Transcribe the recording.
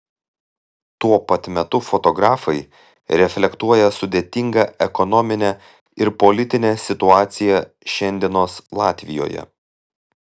tuo pat metu fotografai reflektuoja sudėtingą ekonominę ir politinę situaciją šiandienos latvijoje